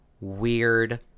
weird